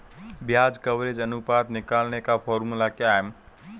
ब्याज कवरेज अनुपात निकालने का फॉर्मूला क्या है?